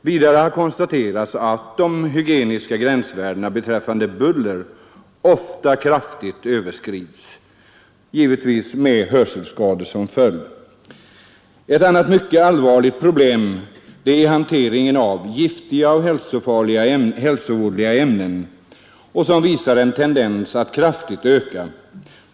Vidare konstateras att de hygieniska gränsvärdena beträffande buller ofta kraftigt överskrids, givetvis med hörselskador som följd. Ett annat mycket allvarligt problem är hanteringen av giftiga och hälsovådliga ämnen, som visar en tendens att kraftigt öka.